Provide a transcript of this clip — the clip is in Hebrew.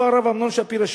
אותו הרב עמרם שפירא,